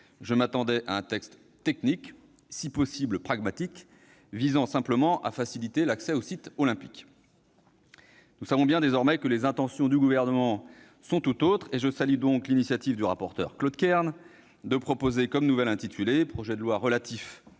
je m'attendais à un texte technique et, si possible, pragmatique, visant simplement à faciliter l'accès aux sites olympiques. Nous savons bien, désormais, que les intentions du Gouvernement sont tout autres. Je salue donc l'initiative du rapporteur Claude Kern de proposer comme nouvel intitulé :« Projet de loi relatif